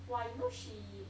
!wah! you know she